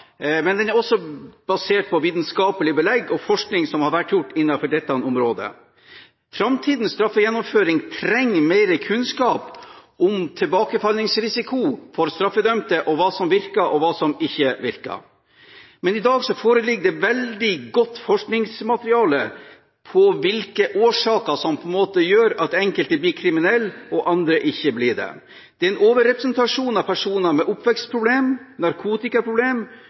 men den har også vitenskapelig belegg i forskning som er gjort innenfor dette området. Framtidens straffegjennomføring trenger mer kunnskap om tilbakefallsrisiko for straffedømte – hva som virker, og hva som ikke virker. Men i dag foreligger det veldig godt forskningsmateriale over hvilke årsaker som gjør at enkelte blir kriminelle og andre ikke blir det. Det er en overrepresentasjon av personer med oppvekstproblem, narkotikaproblem,